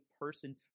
person